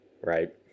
right